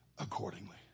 Accordingly